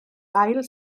ail